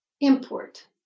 import